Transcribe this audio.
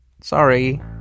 Sorry